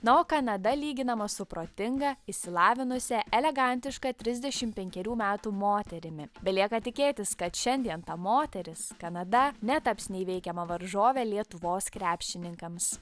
na o kanada lyginama su protinga išsilavinusia elegantiška trisdešimt penkerių metų moterimi belieka tikėtis kad šiandien ta moteris kanada netaps neįveikiama varžove lietuvos krepšininkams